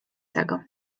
tego